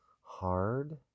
hard